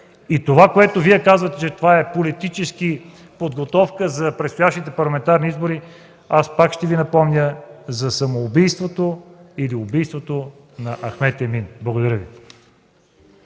И това, което Вие казвате, че е политическа подготовка за предстоящите парламентарни избори, пак ще Ви напомня за самоубийството или убийството на Ахмед Емин. Благодаря Ви.